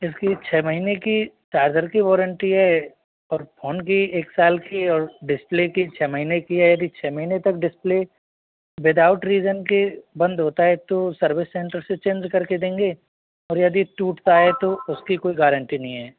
इसकी छः महीने की चार्जर की वॉरेंटी है और फ़ोन की एक साल की और डिस्प्ले की छः महीने की हैं यदि छे महीने तक डिस्प्ले विदाउट रीजन के बंद होता है तो सर्विस सेंटर से चेंज करके देंगे और यदि टूट पाए तो उसकी कोई गारंटी नहीं हैं